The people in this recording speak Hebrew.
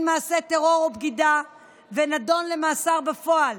מעשה טרור או בגידה ונידון למאסר בפועל,